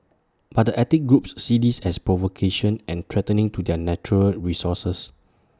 but the ethnic groups see this as provocation and threatening to their natural resources